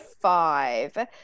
five